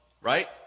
right